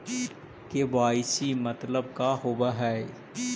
KYC मतलब का होव हइ?